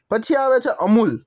પછી આવે છે અમૂલ